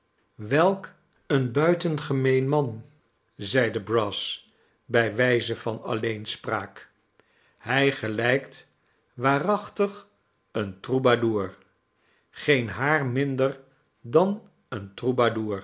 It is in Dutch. welk een buitengemeen roan zeide brass bij w'y'ze van alleenspraak hij gelijkt waarachtig een troubadour geen haar minder dan eon